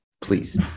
Please